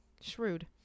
shrewd